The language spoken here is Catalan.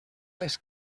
les